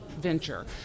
venture